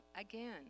again